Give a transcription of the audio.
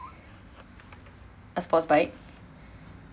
a sports bike